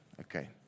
Okay